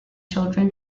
children